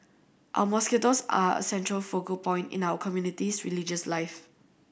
our mosquitoes are a central focal point in our community's religious life